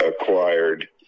acquired